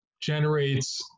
generates